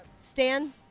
Stan